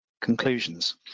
conclusions